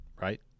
Right